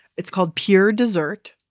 it's called, pure dessert.